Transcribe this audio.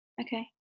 Okay